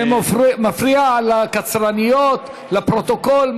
זה מפריע לקצרניות, לפרוטוקול.